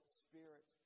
spirit